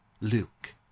luke